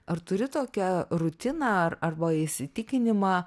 ar turi tokią rutiną ar arba įsitikinimą